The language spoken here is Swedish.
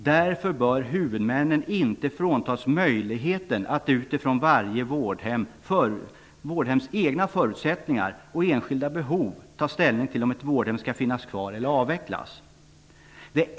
Därför bör huvudmännen inte fråntas möjligheten att utifrån varje vårdhems egna förutsättningar och enskilda behov ta ställning till om ett vårdhem skall finnas kvar eller avvecklas.